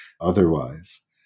otherwise